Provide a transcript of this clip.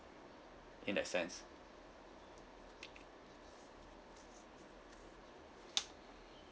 in that sense